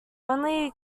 only